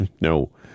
no